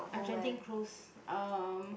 uh Genting cruise um